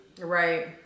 right